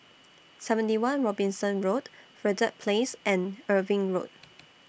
seventy one Robinson Road Verde Place and Irving Road